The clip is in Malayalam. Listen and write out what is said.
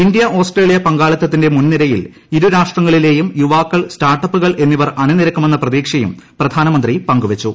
ഇന്ത്യ ഓസ്ട്രേലിയ പങ്കാളിത്തത്തിന്റെ മുൻനിരയിൽ ഇരു രാഷ്ട്രങ്ങളിലേയും യുവാക്കൾ സ്റ്റാർട്ടപ്പുകൾ എന്നിവർ അണിനിരക്കുമെന്ന പ്രതീക്ഷയും പ്രധാനമന്ത്രി പങ്കുവച്ചു